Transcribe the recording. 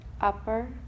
Upper